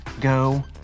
Go